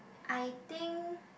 I think